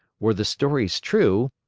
were the stories true,